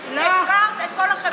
צועקת.